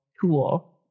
tool